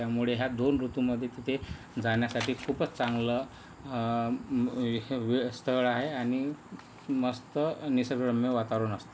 त्यामुळे ह्या दोन ऋतूंमध्ये तिथे जाण्यासाठी खूपच चांगलं हे स्थळ आहे आणि मस्त निसर्गरम्य वातावरण असतं